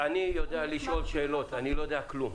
אני יודע לשאול שאלות, אני לא יודע כלום.